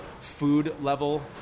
food-level